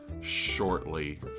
shortly